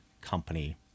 company